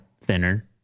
thinner